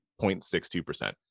0.62%